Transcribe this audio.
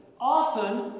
often